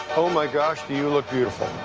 oh my gosh do you look beautiful.